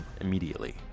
immediately